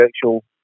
actual